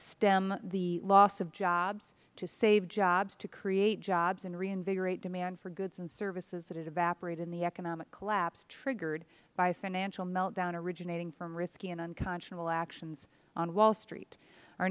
stem the loss of jobs to save jobs to create jobs and to reinvigorate demands for goods and services that had evaporated in the economic collapse triggered by the financial meltdown originating from risky and unconscionable actions on wall street o